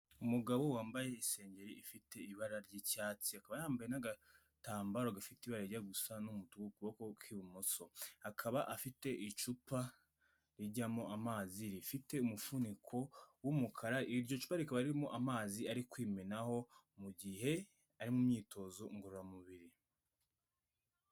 Umugabo wambaye isengeri ifite ibara ry'icyatsi, aka yambaye n'agatambaro gafite ibarara rijya gusa n'umutu ku kuboko kw'ibumoso, akaba afite icupa rijyamo amazi rifite umufuniko w'umukara, iryo cupa riba ririmo amazi ari kwimenaho mu gihe ari mu myitozo ngororamubiri.